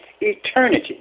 eternity